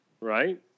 Right